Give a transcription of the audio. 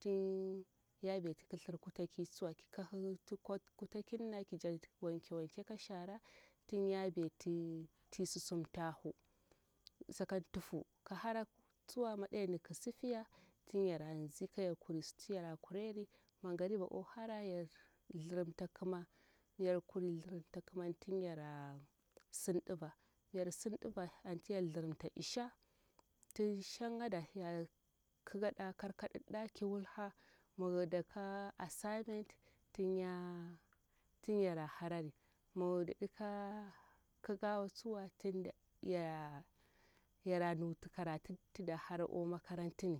tin ya beti kithir kuta ki tsuwa kin kahi kuta kirna jakti wanke wanke ka shara tin ya beti tii susum tahu sakan tufu kihara tsuwa maɗayarni kisifiya tin yara nzi kayarkuri sunatu yara kuriyari mangariba o hara yar thirimta kima miyar kuri thirimta kima tin yara sim ɗuva miyar sim ɗuva antiyar thirimta isha tun shanyaɗa yakikaɗa karkaɗuɗɗa kiwulha midaka assignment tinya, tin yara harari mi ɗakika tsuwa tin yara nutu karatu tida hara o makarantin.